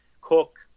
Cook